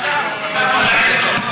מה שסיכמנו,